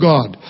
God